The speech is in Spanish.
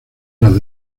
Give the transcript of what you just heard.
las